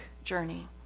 journey